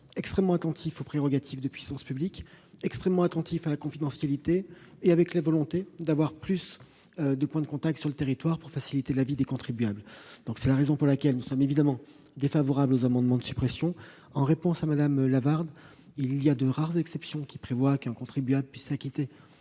extrêmement attentifs à la fois aux prérogatives de la puissance publique et à la confidentialité, tout en ayant la volonté d'avoir plus de points de contact sur le territoire afin de faciliter la vie des contribuables. C'est la raison pour laquelle nous sommes défavorables aux amendements de suppression. En réponse à Mme Lavarde, je veux dire que de rares exceptions prévoient qu'un contribuable puisse s'acquitter